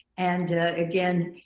and again